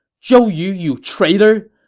zhou yu, you traitor!